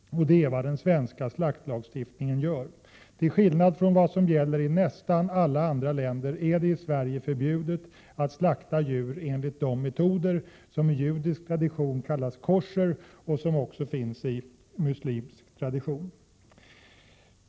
Det är vad den svenska slaktlagstiftningen gör. Till skillnad från vad som gäller i nästan alla andra länder är det i Sverige förbjudet att slakta djur enligt de metoder som i judisk tradition kallas koscher och som också finns i muslimsk tradition.